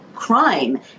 crime